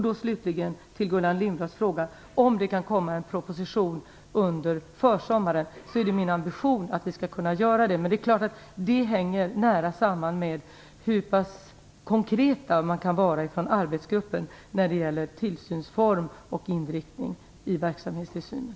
Gullan Lindblad frågade om det kan komma en proposition under försommaren. Det är min ambition att det skall ske. Men det är klart att det hänger nära samman med hur konkret arbetsgruppen kan vara när det gäller tillsynsform och inriktning i verksamhetstillsynen.